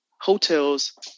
hotels